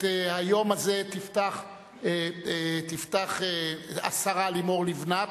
את היום הזה תפתח השרה לימור לבנת.